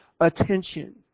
attention